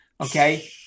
Okay